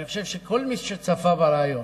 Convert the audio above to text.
אני חושב שכל מי שצפה בריאיון,